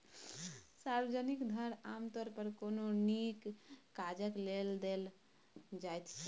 सार्वजनिक धन आमतौर पर कोनो नीक काजक लेल देल जाइत छै